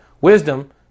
Wisdom